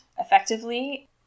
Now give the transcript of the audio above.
effectively